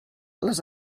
les